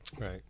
right